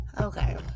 okay